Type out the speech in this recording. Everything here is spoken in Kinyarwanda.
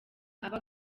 aba